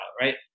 Right